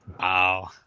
Wow